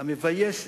המביישת,